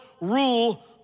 rule